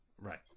Right